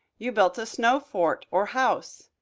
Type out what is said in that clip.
you built a snow fort or house.